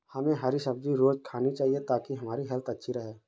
हमे हरी सब्जी रोज़ खानी चाहिए ताकि हमारी हेल्थ अच्छी रहे